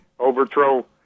overthrow